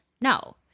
No